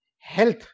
health